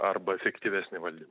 arba efektyvesnį valdymą